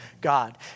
God